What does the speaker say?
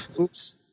Oops